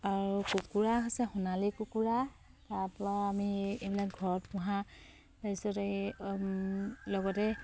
কুকুৰা হৈছে সোণালী কুকুৰা তাৰপৰা আমি এনে ঘৰত পোহা তাৰপিছতে লগতে